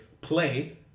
play